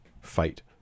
fight